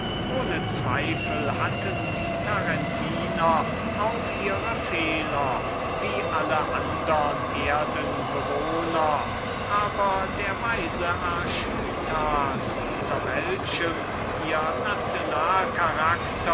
ohne zweifel hatte dieses volk auch seine fehler wie alle andre aber der weise archytas unter welchem der